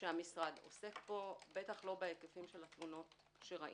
שהמשרד עוסק בו, בטח לא בהיקפי התלונות שראינו,